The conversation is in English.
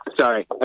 Sorry